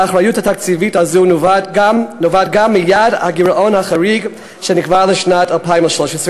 האחריות התקציבית הזו נובעת גם מיעד הגירעון החריג שנקבע לשנת 2013,